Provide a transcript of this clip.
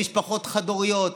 למשפחות חד-הוריות,